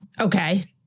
Okay